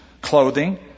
clothing